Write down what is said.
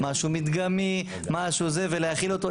משהו מדגמי, משהו זה ולהחיל אותו.